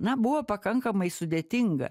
na buvo pakankamai sudėtinga